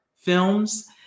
films